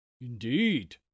Indeed